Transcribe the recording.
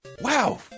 wow